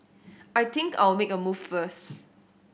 I think I'll make a move first